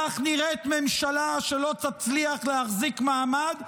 כך נראית ממשלה שלא תצליח להחזיק מעמד,